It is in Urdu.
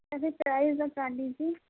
اچھا پرائس بتا دیجیے